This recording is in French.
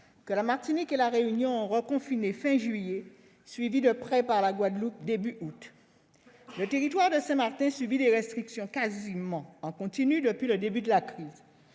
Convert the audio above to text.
que la Martinique et La Réunion ont reconfiné à la fin du mois de juillet, suivies de près par la Guadeloupe au début du mois d'août. Le territoire de Saint-Martin subit des restrictions quasiment en continu depuis le début de la crise.